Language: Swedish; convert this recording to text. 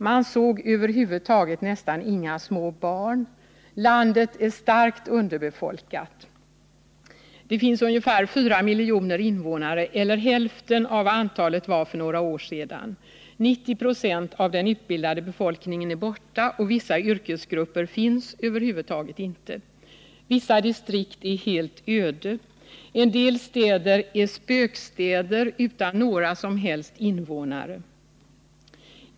Man såg över huvud taget nästan inga små barn. Landet är starkt underbefolkat. Det finns ungefär 4 miljoner invånare eller hälften av vad antalet var för några år sedan. 90 26 av den utbildade befolkningen är borta och vissa yrkesgrupper finns över huvud taget inte. Vissa distrikt är helt öde. En del städer är spökstäder utan några som helst invånare.